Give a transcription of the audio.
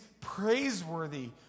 praiseworthy